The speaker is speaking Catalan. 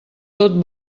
tot